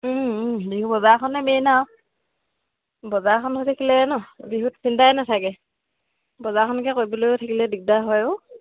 বিহু বজাৰখনে মেইন আৰু বজাৰখন হৈ থাকিলে ন বিহুত চিন্তায়ে নাথাকে বজাৰখনকে কৰিবলৈ থাকিলে দিগদাৰ হয় আৰু